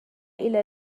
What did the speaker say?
إلى